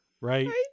Right